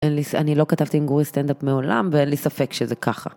אין לי, אני לא כתבתי עם גורי סטנדאפ מעולם ואין לי ספק שזה ככה.